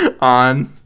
on